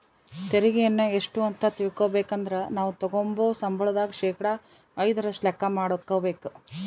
ತೆರಿಗೆಯನ್ನ ಎಷ್ಟು ಅಂತ ತಿಳಿಬೇಕಂದ್ರ ನಾವು ತಗಂಬೋ ಸಂಬಳದಾಗ ಶೇಕಡಾ ಐದರಷ್ಟು ಲೆಕ್ಕ ಮಾಡಕಬೇಕು